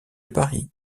paris